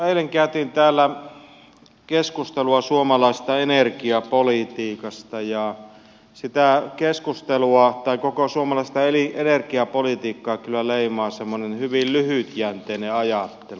eilen käytiin täällä keskustelua suomalaisesta energiapolitiikasta ja koko suomalaista energiapolitiikkaa kyllä leimaa semmoinen hyvin lyhytjänteinen ajattelu